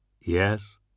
Yes